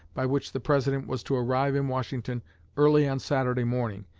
by which the president was to arrive in washington early on saturday morning,